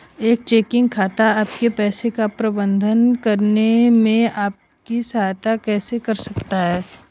एक चेकिंग खाता आपके पैसे का प्रबंधन करने में आपकी सहायता कैसे कर सकता है?